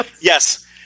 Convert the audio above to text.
Yes